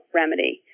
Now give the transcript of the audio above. remedy